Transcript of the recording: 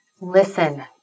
listen